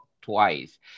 twice